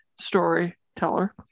storyteller